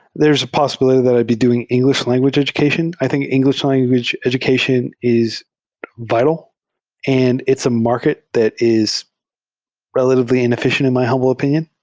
there's a possibility that i'd be doing engl ish language education. i think engl ish language education is vital and it's a market that is re latively inefficient in my humble opinion.